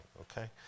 okay